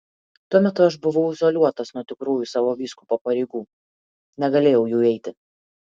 tuo metu aš buvau izoliuotas nuo tikrųjų savo vyskupo pareigų negalėjau jų eiti